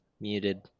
muted